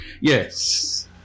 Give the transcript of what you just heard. Yes